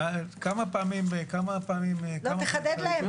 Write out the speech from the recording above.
תחדד להם